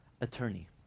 attorney